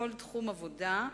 בכל תחום עבודה,